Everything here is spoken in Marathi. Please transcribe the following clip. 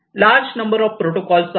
लार्ज नंबर ऑफ प्रोटोकॉल आहेत